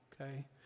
okay